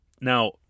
Now